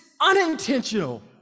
unintentional